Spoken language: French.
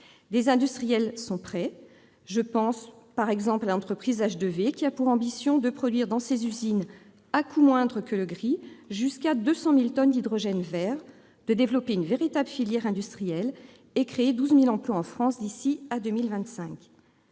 Des industriels sont prêts : je pense par exemple à l'entreprise H2V, qui a pour ambition de produire dans ses usines, à coût moindre que l'hydrogène gris, jusqu'à 200 000 tonnes d'hydrogène vert, de développer une véritable filière industrielle et de créer 12 000 emplois en France d'ici à 2025.